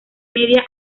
media